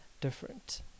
different